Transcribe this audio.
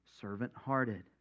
servant-hearted